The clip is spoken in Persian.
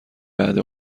بعد